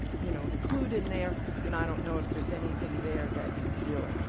you know, include in there and i don't know if there's anything there that you feel